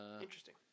interesting